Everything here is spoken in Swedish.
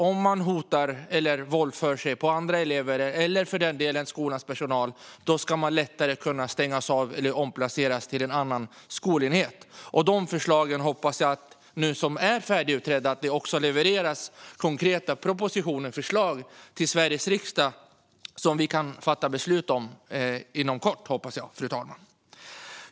Om man hotar eller våldför sig på andra elever, eller för den delen på skolans personal, ska man som elev lättare kunna stängas av eller omplaceras till en annan skolenhet. De förslag som nu är färdigutredda hoppas jag att det levereras konkreta propositioner och förslag om till Sveriges riksdag som jag hoppas att vi kan fatta beslut om inom kort, fru talman.